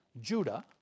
Judah